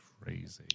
Crazy